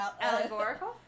allegorical